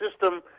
system